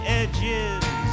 edges